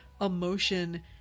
emotion